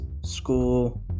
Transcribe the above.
school